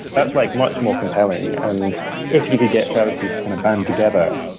that's like much more compelling. and if you could get charities to kind of band together